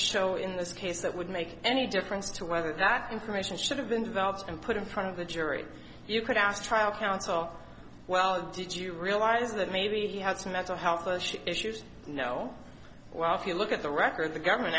show in this case that would make any difference to whether that information should have been developed and put in front of the jury you could ask trial counsel well did you realize that maybe he had some mental health issues you know well if you look at the records the government